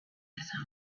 his